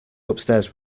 upstairs